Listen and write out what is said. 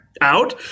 out